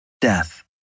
Death